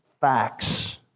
facts